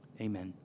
Amen